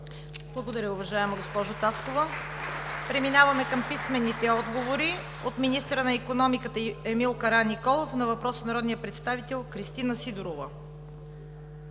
Благодаря, уважаема госпожо Таскова! Преминаваме към писмените отговори от: - министъра на икономиката Емил Караниколов на въпрос от народния представител Кристина Сидорова;